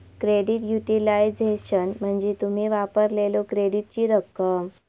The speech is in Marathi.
क्रेडिट युटिलायझेशन म्हणजे तुम्ही वापरलेल्यो क्रेडिटची रक्कम